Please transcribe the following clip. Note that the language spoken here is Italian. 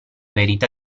varietà